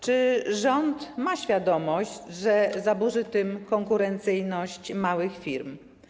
Czy rząd ma świadomość, że zaburzy tym konkurencyjność małych firm?